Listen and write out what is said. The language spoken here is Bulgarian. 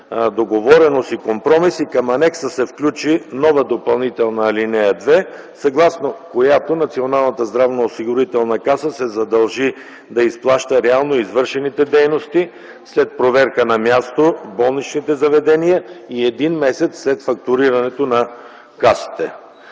договореност и компромис и към анекса се включи нова допълнителна ал. 2, съгласно която Националната здравноосигурителна каса се задължи да изплаща реално извършените дейности след проверка на място в болничните заведения и един месец след фактурирането на касите.